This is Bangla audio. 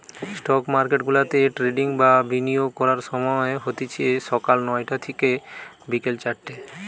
স্টক মার্কেটগুলাতে ট্রেডিং বা বিনিয়োগ করার সময় হতিছে সকাল নয়টা থিকে বিকেল চারটে